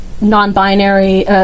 non-binary